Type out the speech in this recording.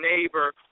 neighbor